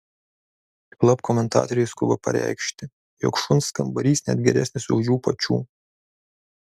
juolab komentatoriai skuba pareikši jog šuns kambarys net geresnis už jų pačių